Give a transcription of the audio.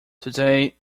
today